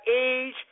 age